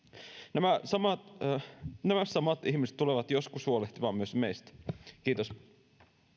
nämä samat nämä samat ihmiset tulevat joskus huolehtimaan myös meistä kiitos